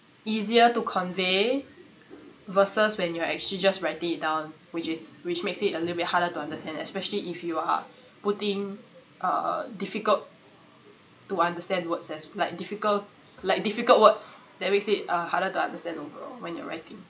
easier to convey versus when you're actually just writing down which is which makes it a little bit harder to understand especially if you are putting uh difficult to understand words as like difficult like difficult words that makes it uh harder to understand overall when you're writing